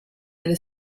delle